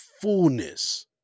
fullness